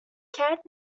کرد